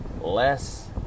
less